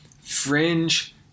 fringe